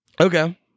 okay